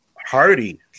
hardy